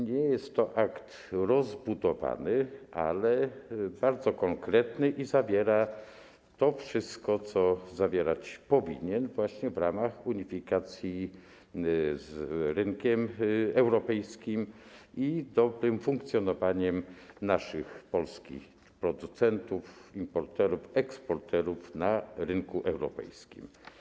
Nie jest to pakt rozbudowany, ale bardzo konkretny i zawiera to wszystko, co powinien zawierać właśnie w ramach unifikacji z rynkiem europejskim i dobrego funkcjonowania naszych polskich producentów, importerów, eksporterów na rynku europejskim.